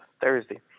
Thursday